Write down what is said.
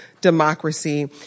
democracy